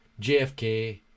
jfk